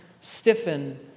stiffen